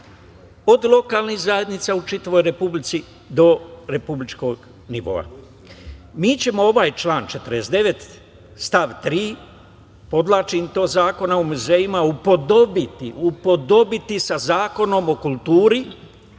od lokalnih zajednica u čitavoj Republici, do republičkog nivoa. Mi ćemo ovaj član 49. stav 3, podvlačim to, Zakona o muzejima, upodobiti sa Zakonom o kulturi,